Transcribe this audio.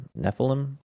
Nephilim